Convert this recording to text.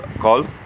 calls